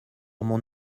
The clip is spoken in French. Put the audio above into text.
mon